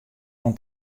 oan